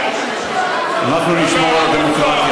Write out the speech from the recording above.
חבר הכנסת מסעוד גנאים,